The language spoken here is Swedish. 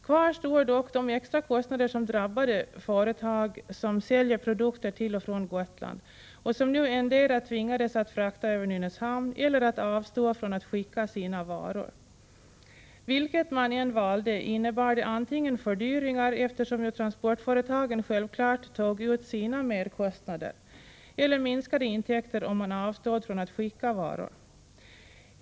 Kvar står dock de extra kostnader som drabbade företag som säljer produkter till och från Gotland och som nu endera tvingades att frakta över Nynäshamn eller att avstå från att skicka sina varor. Vilket man än valde, innebar det antingen fördyringar, eftersom ju transportföretagen självfallet tog ut sina merkostnader, eller minskade intäkter, om man avstod från att skicka några varor.